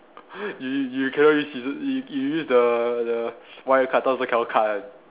you you cannot you use scissors you you use the the wire cutter also cannot cut one